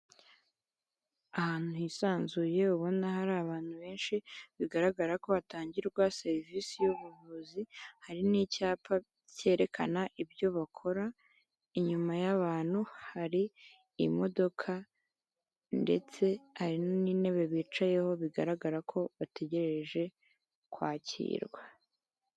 Ahantu hisanzuye ubona hari abantu benshi, bigaragara ko hatangirwa serivisi y'ubuvuzi, hari n'icyapa cyerekana ibyo bakora, inyuma y'abantu hari imodoka ndetse hari n'intebe bicayeho bigaragara ko bategereje kwakirwa.